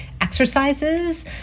exercises